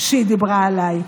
שהיא דיברה עליי.